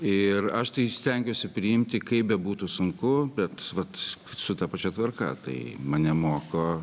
ir aš tai stengiuosi priimti kaip bebūtų sunku bet vat su ta pačia tvarka tai mane moko